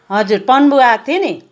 हजुर पन्बू आएको थिएँ नि